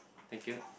thank you